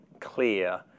clear